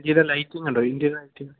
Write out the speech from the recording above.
lighting കണ്ടോ